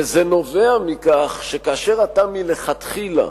וזה נובע מכך שכאשר אתה מלכתחילה